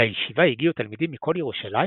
אל הישיבה הגיעו תלמידים מכל ירושלים,